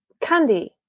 candy